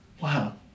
Wow